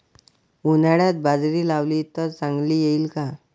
उन्हाळ्यात बाजरी लावली तर चांगली येईल का?